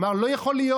אמר: לא יכול להיות,